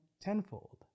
tenfold